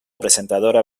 presentadora